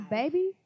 baby